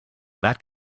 that